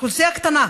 אוכלוסייה קטנה,